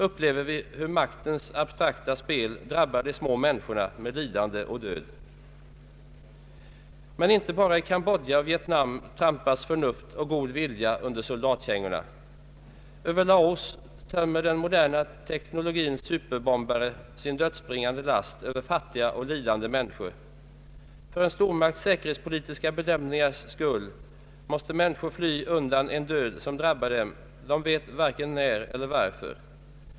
— upplever vi hur maktens abstrakta spel drabbar de små människorna med lidande och död. Men inte bara i Cambodja och Vietnam trampas förnuft och god vilja under soldatkängorna. Över Laos tömmer den moderna teknologins superbombare sin dödsbringande last över fattiga och lidande människor. För en stormakts säkerhetspolitiska bedömningars skull måste människor fly undan en död som drabbar dem — de vet varken när eller varför.